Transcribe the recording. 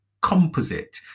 composite